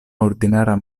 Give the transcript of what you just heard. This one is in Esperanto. ordinara